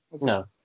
No